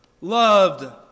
loved